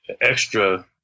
extra